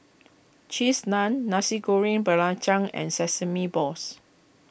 Cheese Naan Nasi Goreng Belacan and Sesame Balls